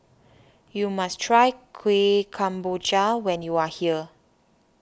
you must try Kuih Kemboja when you are here